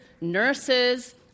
nurses